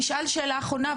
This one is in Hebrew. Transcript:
יריב, אני אשאל שאלה אחרונה.